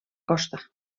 costa